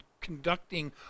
conducting